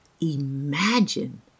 imagine